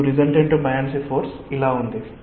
కాబట్టి మీకు resultant buoyancy force ఇలా ఉంది